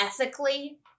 ethically